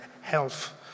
health